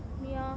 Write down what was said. ya